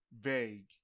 Vague